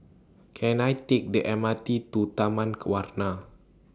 Can I Take The M R T to Taman Warna